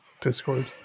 Discord